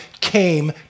came